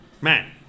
man